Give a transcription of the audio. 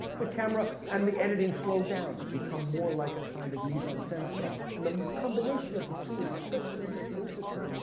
the camera and the editing slow down and become more like a kind of mise en scene style. and the combination of the two is especially rich and interesting.